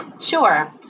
Sure